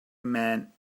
man